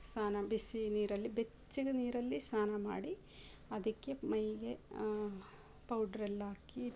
ಸ್ನಾನ ಬಿಸಿ ನೀರಲ್ಲಿ ಬೆಚ್ಚಗೆ ನೀರಲ್ಲಿ ಸ್ನಾನ ಮಾಡಿ ಅದಕ್ಕೆ ಮೈಗೆ ಪೌಡ್ರೆಲ್ಲ ಹಾಕಿ